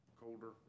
Colder